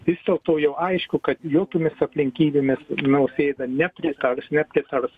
vis dėl to jau aišku kad jokiomis aplinkybėmis nausėda nepritars nepritars